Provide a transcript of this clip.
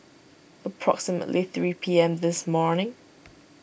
approximately three P M this morning